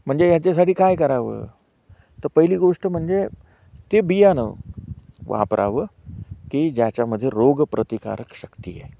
म्हणजे याच्यासाठी काय करावं तर पहिली गोष्ट म्हणजे ते बियाणं वापरावं की ज्याच्यामध्ये रोगप्रतिकारक शक्ती